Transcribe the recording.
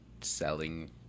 selling